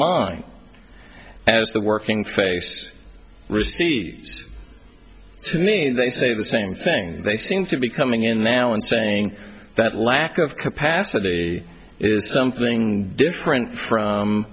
mine as the working space i mean they say the same thing they seem to be coming in now and saying that lack of capacity is something different from